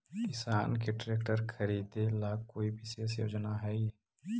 किसान के ट्रैक्टर खरीदे ला कोई विशेष योजना हई?